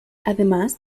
además